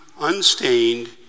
unstained